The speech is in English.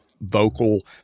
vocal